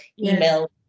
email